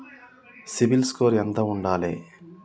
CIBIL score ఎంత ఉండాలే?